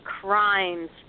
crimes